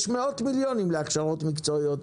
יש מאות מליונים להכשרות מקצועיות